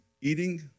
eating